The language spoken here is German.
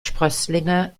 sprösslinge